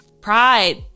pride